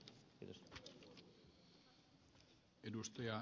arvoisa puhemies